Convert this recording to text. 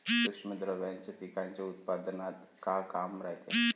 सूक्ष्म द्रव्याचं पिकाच्या उत्पन्नात का काम रायते?